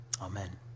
amen